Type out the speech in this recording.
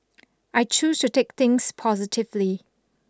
I choose to take things positively